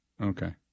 Okay